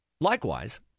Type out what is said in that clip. Likewise